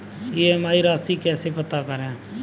EMI राशि कैसे पता करें?